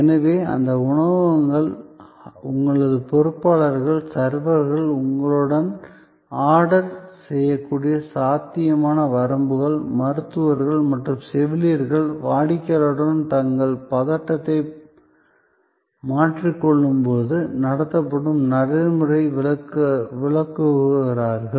எனவே அந்த உணவகங்கள் உங்களது பொறுப்பாளர்கள் சர்வர்கள் உங்களுடன் ஆர்டர் செய்யக்கூடிய சாத்தியமான வரம்புகள் மருத்துவர்கள் மற்றும் செவிலியர்கள் வாடிக்கையாளருடன் தங்கள் பதட்டத்தை மாற்றிக் கொள்ளும் போது நடத்தப்படும் நடைமுறையை விளக்குகிறார்கள்